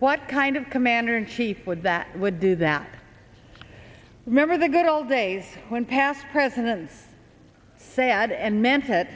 what kind of commander in chief would that would do that remember the good old days when past presidents said and me